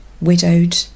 widowed